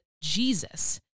Jesus